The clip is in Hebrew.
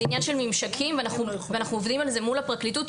זה עניין של ממשקים ואנחנו עובדים על זה מול הפרקליטות.